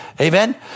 Amen